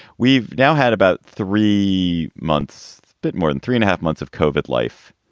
we've now had about three months. bit more than three and a half months of kofod life.